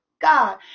god